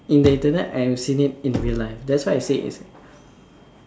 in the Internet and I have seen it in real life that's why I say its